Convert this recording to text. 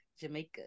Jamaica